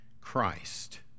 Christ